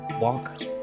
walk